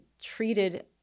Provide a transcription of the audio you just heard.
treated